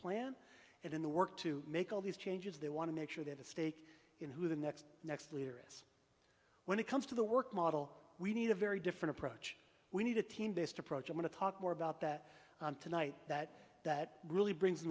plan and in the work to make all these changes they want to make sure that a stake in who the next next leader is when it comes to the work model we need a very different approach we need a team based approach i want to talk more about that tonight that that really brings in